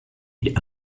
die